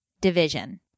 division